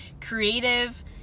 creative